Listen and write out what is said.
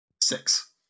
six